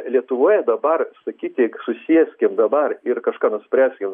lietuvoje dabar sakyti susėskim dabar ir kažką nuspręskim